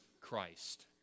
Christ